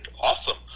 awesome